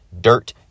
dirt